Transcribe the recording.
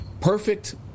perfect